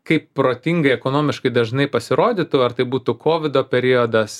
kaip protingai ekonomiškai dažnai pasirodytų ar tai būtų kovido periodas